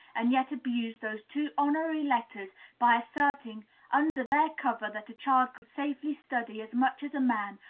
and yet abused those two honorary letters by asserting under their cover that a child could safely study as much as a man,